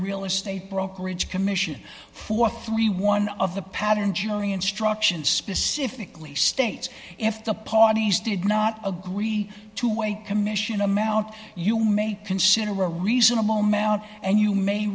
real estate brokerage commission for thirty one of the pattern jury instructions specifically states if the parties did not agree to waive commission amount you may consider a reasonable amount and you may